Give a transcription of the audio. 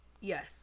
Yes